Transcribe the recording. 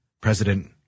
President